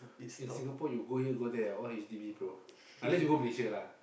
in Singapore you go here go there ah all H_D_B bro unless you go Malaysia lah